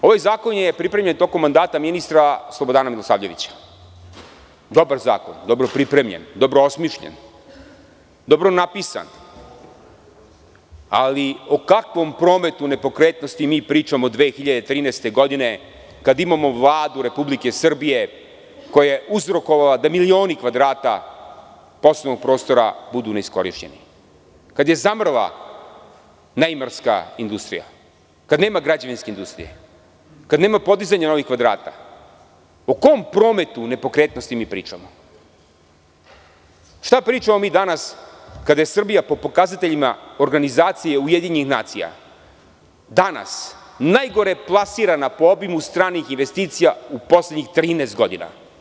Ovaj zakon je pripremljen tokom mandata ministra Slobodana Milosavljevića, dobar zakon, dobro pripremljen, dobro osmišljen, dobro napisan, ali o kakvom prometu nepokretnosti mi pričamo, 2013. godine kada imamo Vladu Republike Srbije koja je uzrokovala da milioni kvadrata poslovnog prostora budu neiskorišćeni, kada je zamrla neimarska industrija, kada nema građevinske industrije, kada nema podizanja ovih kvadrata o kom prometu nepokretnosti mi pričamo, šta pričamo mi danas kada je Srbija po pokazateljima organizacije UN, danas najgore plasirana po obimu stranih investicija u poslednjih 13 godina.